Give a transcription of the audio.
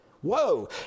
Whoa